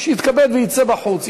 שיתכבד ויצא בחוץ,